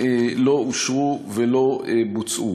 לא אושרו ולא בוצעו.